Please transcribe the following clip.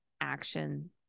action